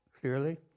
clearly